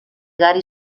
gary